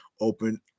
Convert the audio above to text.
open